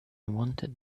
wanted